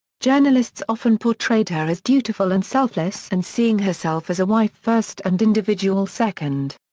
journalists often portrayed her as dutiful and selfless and seeing herself as a wife first and individual second.